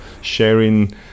sharing